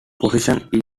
position